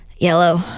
Yellow